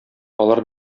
алар